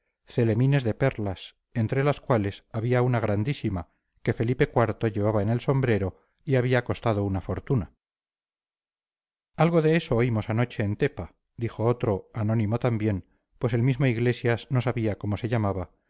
esmeraldas celemines de perlas entre las cuales había una grandísima que felipe iv llevaba en el sombrero y había costado una fortuna algo de eso oímos anoche en tepa dijo otro anónimo también pues el mismo iglesias no sabía cómo se llamaba